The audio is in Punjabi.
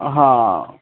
ਹਾਂ